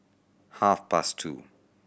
half past two